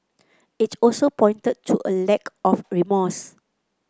it also pointed to a lack of remorse